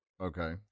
Okay